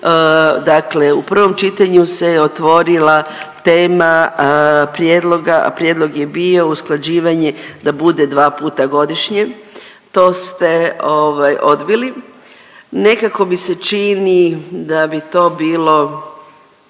Dakle u prvom čitanju se otvorila tema prijedloga, a prijedlog je bio usklađivanje da bude dva puta godišnje. To ste odbili. Nekako mi se čini da bi to bilo,